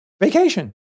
vacation